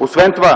Освен това,